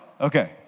Okay